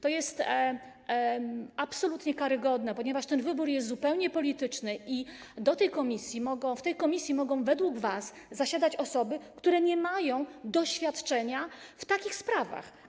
To jest absolutnie karygodne, ponieważ ten wybór jest zupełnie polityczny i w tej komisji mogą według was zasiadać osoby, które nie mają doświadczenia w takich sprawach.